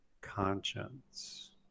conscience